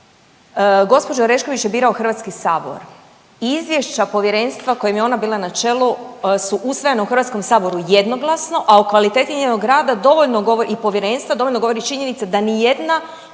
Gospođu Orešković je birao HS, izvješća Povjerenstva kojem je ona bila na čelu su usvojena u HS-u jednoglasno, a o kvaliteti njenog rada dovoljno govori i Povjerenstva, dovoljno govori činjenica da nijedna